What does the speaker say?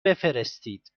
بفرستید